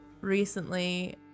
recently